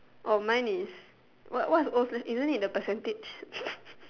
uh mine is what what what isn't it the percentage